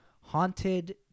haunted